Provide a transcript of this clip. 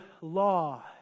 law